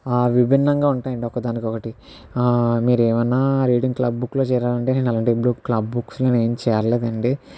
విభిన్నంగా ఉంటాయి అండి ఒకదానికి ఒకటి మీరు ఎమైనా రీడింగ్ క్లబ్ బుక్లో చేరాలి అంటే నేను ఎలాంటి క్లబ్ బుక్స్లో నేను ఏం చేరలేదు అండి